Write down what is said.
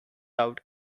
out